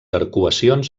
arcuacions